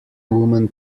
woman